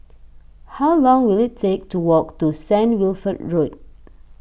how long will it take to walk to Saint Wilfred Road